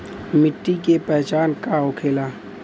मिट्टी के पहचान का होखे ला?